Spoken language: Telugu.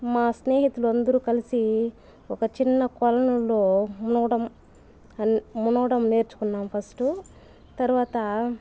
మా స్నేహితులందరూ కలిసి ఒక చిన్న కొలనులో మునగడం మునగడం నేర్చుకున్నాం ఫస్టు తర్వాత